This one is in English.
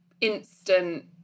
instant